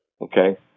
Okay